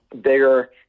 bigger